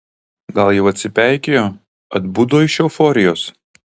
gal jau atsipeikėjo atbudo iš euforijos